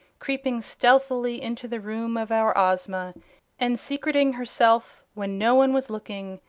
creeping stealthily into the room of our ozma and secreting herself, when no one was looking,